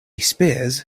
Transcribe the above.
spears